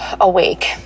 awake